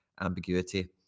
ambiguity